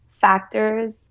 factors